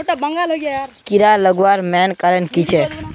कीड़ा लगवार मेन कारण की छे?